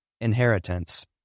inheritance